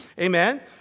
Amen